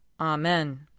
Amen